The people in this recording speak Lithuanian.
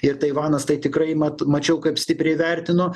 ir taivanas tai tikrai mat mačiau kaip stipriai vertino